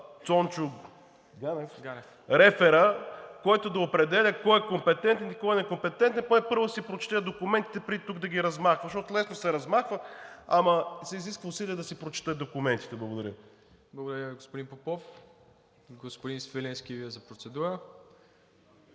Цончо Ганев реферът, който да определя кой е компетентен и кой е некомпетентен. Той първо да си прочете документите, преди тук да ги размахва, защото лесно се размахва, ама се изисква усилие да се прочетат документите. Благодаря Ви. ПРЕДСЕДАТЕЛ МИРОСЛАВ ИВАНОВ: Благодаря Ви, господин Попов. Господин Свиленски, и Вие за процедура.